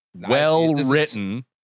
Well-written